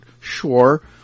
sure